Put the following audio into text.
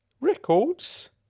Records